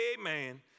Amen